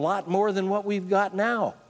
lot more than what we've got now